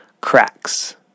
cracks